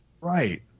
right